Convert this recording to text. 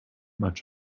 much